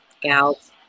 gals